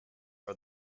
are